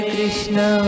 Krishna